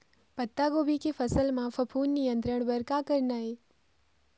पत्तागोभी के फसल म फफूंद नियंत्रण बर का करना ये?